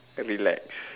relax